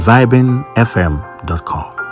VibingFM.com